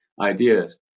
ideas